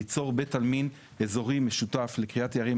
ליצור בית עלמין אזורי משותף לקריית יערים,